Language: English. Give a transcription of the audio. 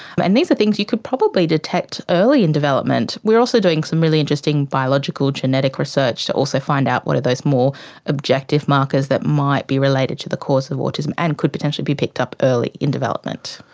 and these are things you could probably detect early in development. we are also doing some really interesting biological genetic research to also find out what are those more objective markers that might be related to the cause of autism and could potentially be picked up early in development.